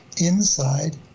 inside